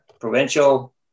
provincial